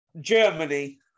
Germany